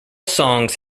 songs